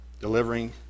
Delivering